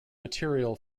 material